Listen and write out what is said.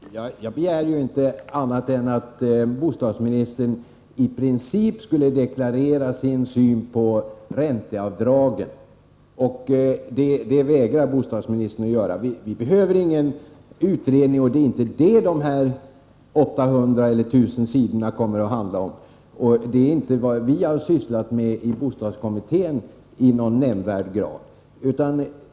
Herr talman! Jag begärde inte annat än att bostadsministern i princip skulle deklarera sin syn på ränteavdragen. Det vägrar bostadsministern att göra. För detta behöver vi ingen utredning, och det är inte detta de 800 eller 1 000 sidorna kommer att handla om. Det är inte heller vad vi i bostadskommittén sysslat med i någon nämnvärd grad.